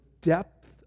depth